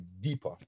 deeper